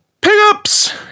Pickups